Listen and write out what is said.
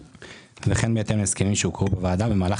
וכן בהתאם להסכמים שהוקראו בוועדה במהלך